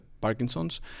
Parkinson's